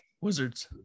Wizards